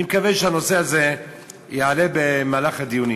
אני מקווה שהנושא הזה יעלה במהלך הדיונים.